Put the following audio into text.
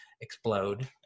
explode